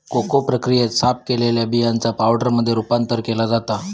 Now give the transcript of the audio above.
cocoa प्रक्रियेत, साफ केलेल्या बियांचा पावडरमध्ये रूपांतर केला जाता